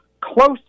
close